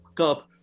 up